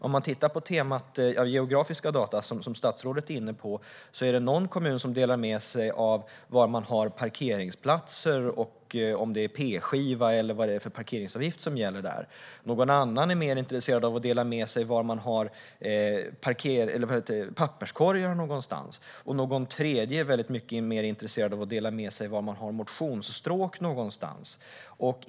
Om man tittar på geografiska data, som statsrådet är inne på, är det någon kommun som delar med sig av var man har parkeringsplatser, om det är p-skiva eller vad det för parkeringsavgift som gäller där. Någon annan är intresserad av att dela med sig var man har papperskorgar någonstans, och någon tredje är mer intresserad av att dela med sig av var man har motionsstråk någonstans.